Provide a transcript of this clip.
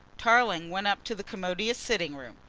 tarling went up to the commodious sitting-room.